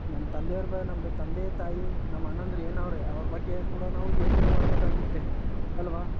ನಮ್ಮ ತಂದೆಯವ್ರು ಬ್ಯಾ ನಮ್ದು ತಂದೆ ತಾಯಿ ನಮ್ಮ ಅಣ್ಣಂದಿರು ಏನವ್ರೆ ಅವ್ರ ಬಗ್ಗೆ ಕೂಡ ನಾವು ಯೋಚನೆ ಮಾಡಬೇಕಾಗುತ್ತೆ ಅಲ್ವ